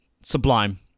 sublime